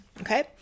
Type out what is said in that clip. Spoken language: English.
okay